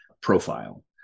profile